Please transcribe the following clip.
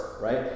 right